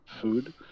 food